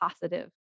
positive